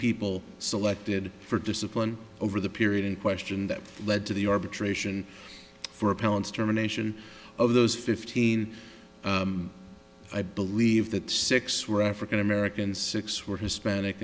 people selected for discipline over the period in question that led to the arbitration for appellants termination of those fifteen i believe that six were african american six were hispanic